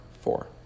four